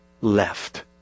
left